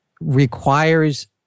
requires